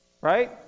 Right